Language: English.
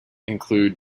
include